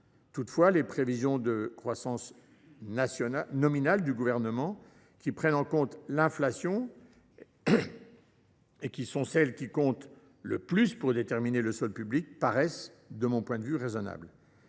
Toutefois, les prévisions de croissance nominale du Gouvernement, qui prennent en compte l’inflation et qui sont celles qui comptent le plus pour déterminer le solde public, paraissent raisonnables.